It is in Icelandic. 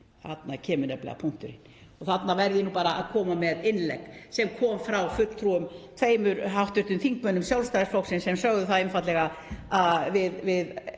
Þarna kemur nefnilega punkturinn. Þarna verð ég bara að koma með innlegg sem kom frá tveimur hv. þingmönnum Sjálfstæðisflokksins sem sögðu það einfaldlega við